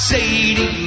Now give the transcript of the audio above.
Sadie